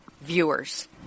viewers